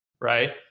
Right